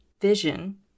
vision